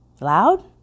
Loud